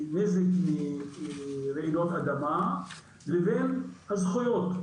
לנזק לרעידות אדמה לבין הזכויות,